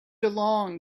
along